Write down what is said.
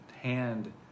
hand